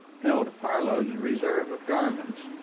held parload's reserve of garments,